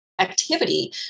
activity